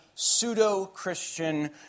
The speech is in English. pseudo-Christian